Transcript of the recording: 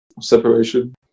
Separation